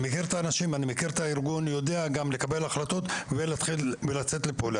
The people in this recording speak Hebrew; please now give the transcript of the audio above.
אני מכיר את האנשים ומכיר את הארגון גם לקבל החלטות ולצאת לפעולה.